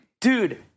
Dude